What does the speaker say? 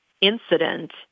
incident